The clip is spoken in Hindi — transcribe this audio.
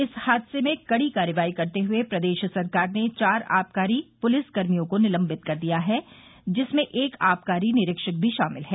इस हादसे में कड़ी कार्रवाई करते हुए प्रदेश सरकार ने चार आबकारी पुलिस कर्मियों को निलंबित कर दिया है जिसमें एक आबकारी निरीक्षक भी शामिल है